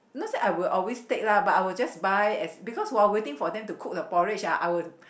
not say I'll always take lah but I'll just buy as because while waiting for them to cook the porridge ah I would